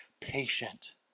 patient